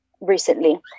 recently